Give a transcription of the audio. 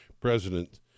president